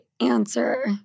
answer